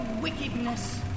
wickedness